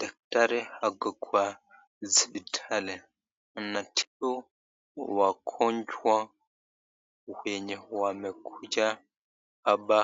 Daktari ako kwa hospitali anatibu wagonjwa wenye wamekuja hapa